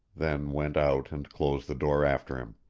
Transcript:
then went out and closed the door after him.